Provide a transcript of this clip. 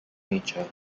nature